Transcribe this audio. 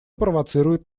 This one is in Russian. провоцирует